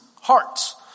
Hearts